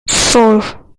four